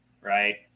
right